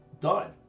done